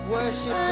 worship